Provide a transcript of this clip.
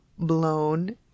Blown